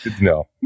No